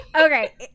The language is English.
Okay